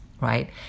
right